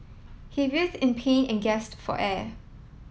he writhed in pain and gasped for air